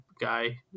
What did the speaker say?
guy